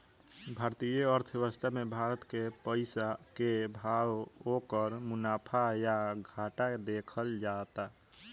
भारतीय अर्थव्यवस्था मे भारत के पइसा के भाव, ओकर मुनाफा या घाटा देखल जाता